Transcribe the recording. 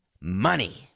money